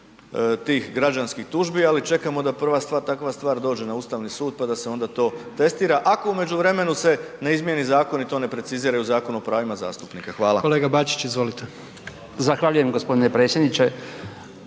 tih građanskih tužbi ali čekamo da prva stvar, takva stvar dođe na Ustavni sud pa da se onda to testira ako u međuvremenu se ne izmijeni zakon i to ne preciziraju u Zakonu o pravima zastupnika. Hvala.